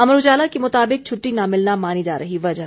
अमर उजाला के मुताबिक छुट्टी न मिलना मानी जा रही वजह